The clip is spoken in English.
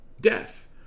death